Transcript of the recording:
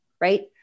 right